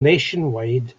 nationwide